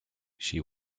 she